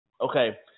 Okay